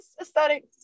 aesthetic